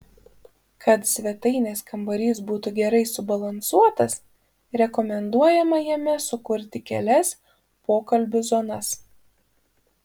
kad svetainės kambarys būtų gerai subalansuotas rekomenduojama jame sukurti kelias pokalbių zonas